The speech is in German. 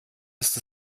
ist